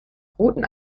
roten